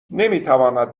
نمیتواند